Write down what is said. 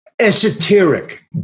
esoteric